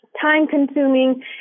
time-consuming